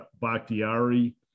Bakhtiari